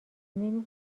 نمی